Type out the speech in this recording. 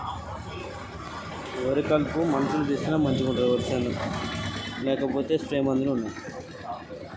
వరి కలుపుకు ఎటువంటి పనిముట్లు ఉంటాయి?